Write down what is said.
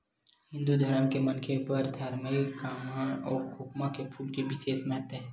हिंदू धरम के मनखे बर धारमिक काम म खोखमा के फूल के बिसेस महत्ता हे